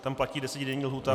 Tam platí desetidenní lhůta.